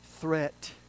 threat